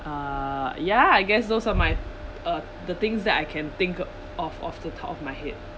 uh ya I guess those are my uh the things that I can think of off the top of my head